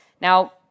Now